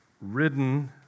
ridden